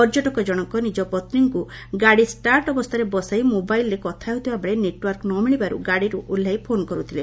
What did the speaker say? ପର୍ଯ୍ୟଟକ ଜଶକ ନିଜ ପତ୍ନୀଙ୍କୁ ଗାଡ଼ି ଷ୍କାର୍ଟ ଅବସ୍ତାରେ ବସାଇ ମୋବାଇଲ୍ରେ କଥା ହେଉଥିବା ବେଳେ ନେଟ୍ୱାର୍କ ନ ମିଳିବାରୁ ଗାଡ଼ିରୁ ଓହ୍ଲାଇ ଫୋନ୍ କରୁଥିଲେ